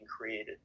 created